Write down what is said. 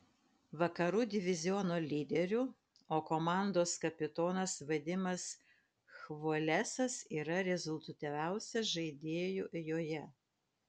vakarų diviziono lyderiu o komandos kapitonas vadimas chvolesas yra rezultatyviausias žaidėju joje